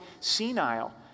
senile